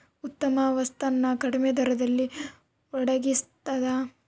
ಉತ್ತಮ ವಸ್ತು ನ ಕಡಿಮೆ ದರದಲ್ಲಿ ಒಡಗಿಸ್ತಾದ